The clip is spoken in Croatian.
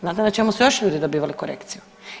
Znate na čemu su još ljudi dobivali korekciju?